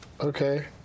Okay